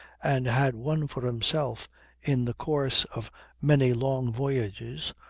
and had won for himself in the course of many long voyages,